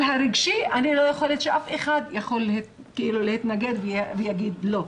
על הסיבה הרגשית אני בטוחה שאף אחד לא יתווכח ויאמר 'לא'.